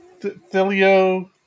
Thilio